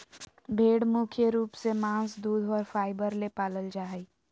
भेड़ मुख्य रूप से मांस दूध और फाइबर ले पालल जा हइ